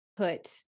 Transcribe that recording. Put